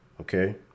Okay